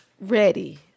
Ready